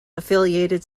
affiliated